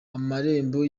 amarembo